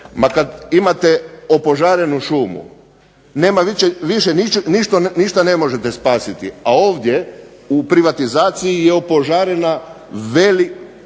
kada imate opožarenu šumu nema više ničega što možete spasiti, a ovdje u privatizaciji je opožarena je velika